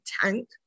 tank